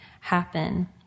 happen